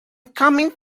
coming